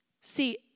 See